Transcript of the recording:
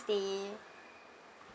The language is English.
day